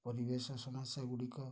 ପରିବେଶ ସମସ୍ୟା ଗୁଡ଼ିକ